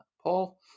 Paul